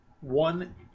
One